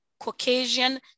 Caucasian